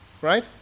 right